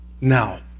Now